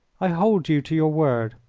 i hold you to your word.